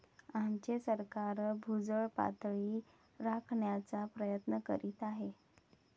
आमचे सरकार भूजल पातळी राखण्याचा प्रयत्न करीत आहे